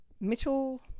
Mitchell